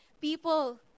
People